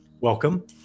Welcome